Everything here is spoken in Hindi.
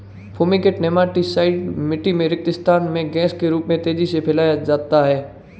फूमीगेंट नेमाटीसाइड मिटटी में रिक्त स्थान में गैस के रूप में तेजी से फैलाया जाता है